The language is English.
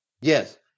Yes